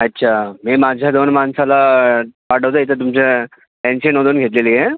अच्छा मी माझ्या दोन माणसाला पाठवतो इथे तुमच्या एन सी नोंदवून घेतलेली आहे